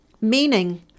Meaning